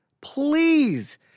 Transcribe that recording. Please